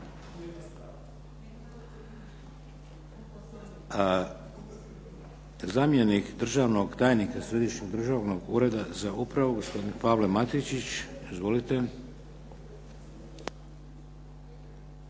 Zamjenik državnog tajnika Središnjeg državnog ureda za upravu, gospodin Pavle Matičić. Izvolite.